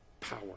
power